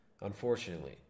unfortunately